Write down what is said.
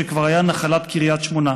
שכבר היה נחלת קריית שמונה?